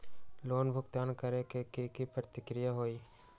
Loan भुगतान करे के की की प्रक्रिया होई?